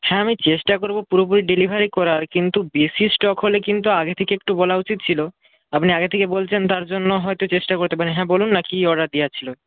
হ্যাঁ আমি চেষ্টা করব পুরোপুরি ডেলিভারি করার কিন্তু বেশি স্টক হলে কিন্তু আগে থেকে একটু বলা উচিত ছিল আপনি আগে থেকে বলছেন তার জন্য হয়তো চেষ্টা করতে পারি হ্যাঁ বলুন না কী অর্ডার দেওয়ার ছিল